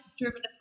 driven